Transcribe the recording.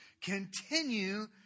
Continue